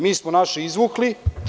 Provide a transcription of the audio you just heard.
Mi smo naše izvukli.